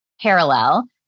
parallel